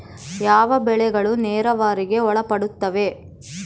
ಯಾವ ಬೆಳೆಗಳು ನೇರಾವರಿಗೆ ಒಳಪಡುತ್ತವೆ?